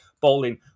bowling